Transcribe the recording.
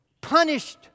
punished